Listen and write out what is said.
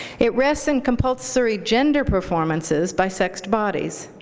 it rests in compulsory gender performances by sexed bodies,